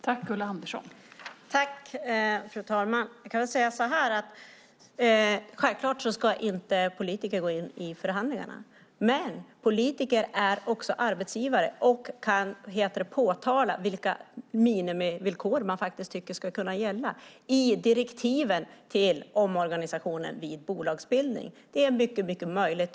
Fru talman! Självklart ska inte politiker gå in i förhandlingarna, men politiker är också arbetsgivare och kan påtala vilka minimivillkor man tycker ska kunna gälla i direktiven till omorganisationen vid bolagsbildning. Det är möjligt.